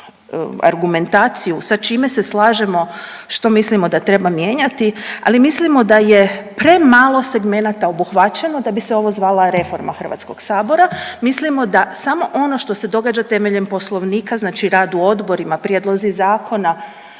argumentaciju sa čime se slažemo, što mislimo da treba mijenjati, ali mislimo da je premalo segmenata obuhvaćeno da bi se ovo zvala reforma HS-a, mislimo da samo ono što se događa temeljem Poslovnika, znači rad u odborima, prijedlozi zakona,